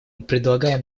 предлагаем